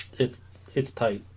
it's it's tight